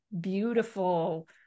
beautiful